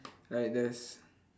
like there's